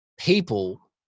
people